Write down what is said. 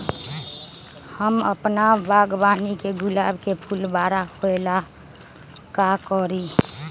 हम अपना बागवानी के गुलाब के फूल बारा होय ला का करी?